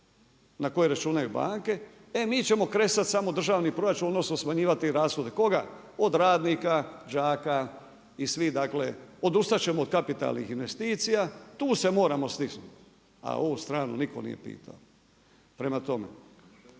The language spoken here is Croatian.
na koje računaju banke, e mi ćemo kresat samo državni proračun, odnosno smanjivati rashode. Koga? Od radnika, đaka i svih, dakle. Odustat ćemo od kapitalnih investicija. Tu se moramo stisnuti, a ovu stranu nitko nije pitao. Prema tome,